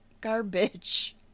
Garbage